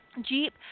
Jeep